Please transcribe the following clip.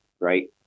right